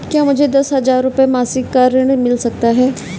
क्या मुझे दस हजार रुपये मासिक का ऋण मिल सकता है?